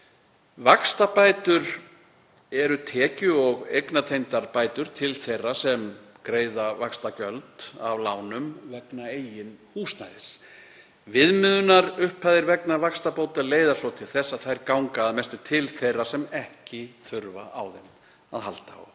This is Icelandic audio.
Vaxtabætur eru tekju- og eignatengdar bætur til þeirra sem greiða vaxtagjöld af lánum vegna eigin húsnæðis. Viðmiðunarupphæðir vegna vaxtabóta leiða svo til þess að þær ganga að mestu til þeirra sem ekki þurfa á þeim að halda.